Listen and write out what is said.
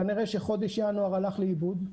כנראה שחודש ינואר הלך לאיבוד.